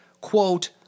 quote